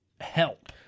help